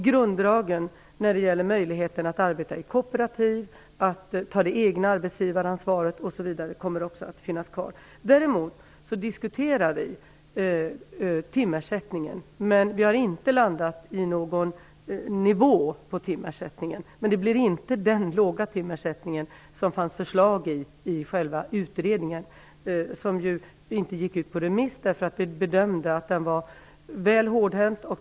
Grunddragen när det gäller möjligheten att arbeta i kooperativ, att ta det egna arbetsgivaransvaret osv. kommer också att finnas kvar. Däremot diskuterar vi timersättningen. Vi har inte kommit fram till någon nivå på timersättning, men det blir inte den låga timersättning som det fanns förslag om i själva utredningen. Utredningen gick inte ut på remiss, eftersom vi bedömde att den var litet väl hårdhänt.